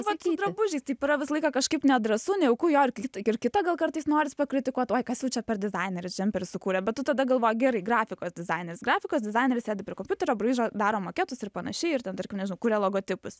vat su drabužiais taip yra visą laiką kažkaip nedrąsu nejauku jo ar taip ir kitą gal kartais norisi pakritikuot oi kas jau čia per dizaineris džemperį sukūrė bet tu tada galvoji gerai grafikos dizaineris grafikos dizaineris sėdi prie kompiuterio braižo daro maketus ir panašiai ir ten tarkim nežinau kuria logotipus